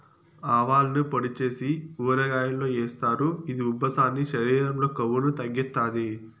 ఆవాలను పొడి చేసి ఊరగాయల్లో ఏస్తారు, ఇది ఉబ్బసాన్ని, శరీరం లో కొవ్వును తగ్గిత్తాది